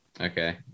Okay